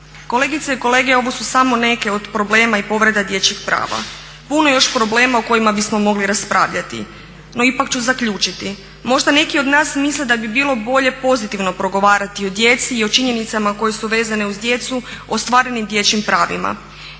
Kolegice i kolege ovo su samo neki od problema i povreda dječjih prava. Puno je još problema o kojima bismo mogli raspravljati. No ipak ću zaključiti. Možda neki od nas misle da bi bilo bolje pozitivno progovarati o djeci i o činjenicama koje su vezane uz djecu o ostvarenim dječjim pravima.